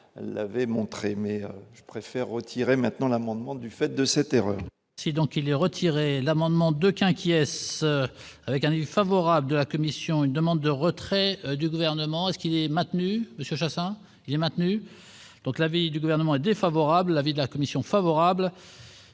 l'avait montré mais je préfère retirer maintenant l'amendement du fait de cette erreur. C'est donc il est retiré l'amendement 2 Khimki acquiesce avec un oeil favorable de la commission, une demande de retrait du gouvernement et ce qui est maintenu, mais ça ça il est maintenu, donc l'avis du gouvernement et défavorable, l'avis de la commission favorable.